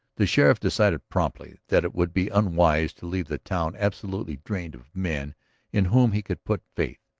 the sheriff decided promptly that it would be unwise to leave the town absolutely drained of men in whom he could put faith.